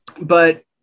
But-